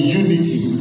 unity